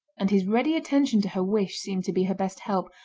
and his ready attention to her wish seemed to be her best help,